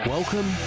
Welcome